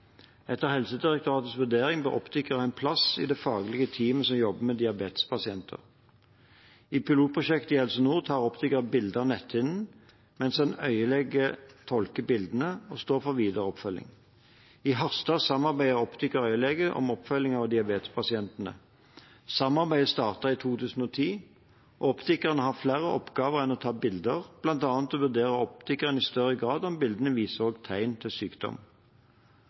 Etter Helsedirektoratets vurdering bør optikere ha en plass i det faglige teamet som jobber med diabetespasienter. I pilotprosjektet i Helse Nord tar optikeren bilde av netthinnen, mens en øyelege tolker bildene og står for videre oppfølging. I Harstad samarbeider optiker og øyelege om oppfølging av diabetespasientene. Samarbeidet startet i 2010, og optikeren har flere oppgaver enn å ta bilder, bl.a. vurderer optikeren i større grad om bildene viser tegn til sykdom.